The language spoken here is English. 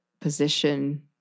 position